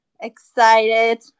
Excited